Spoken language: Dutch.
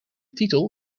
titel